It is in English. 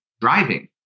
driving